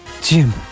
Jim